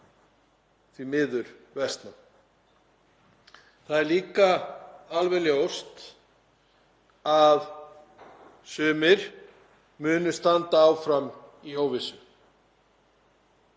því miður versna. Það er líka alveg ljóst að sumir munu standa áfram í óvissu.